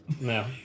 No